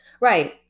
Right